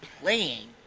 playing